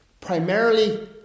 primarily